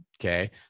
Okay